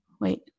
Wait